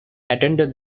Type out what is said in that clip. attended